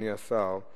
אדוני השר,